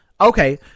Okay